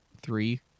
three